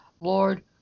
Lord